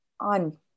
on